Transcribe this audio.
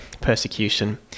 persecution